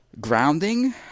grounding